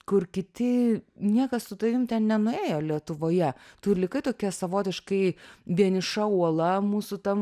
kur kiti niekas su tavim ten nenuėjo lietuvoje tu likai tokia savotiškai vieniša uola mūsų tam